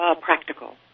practical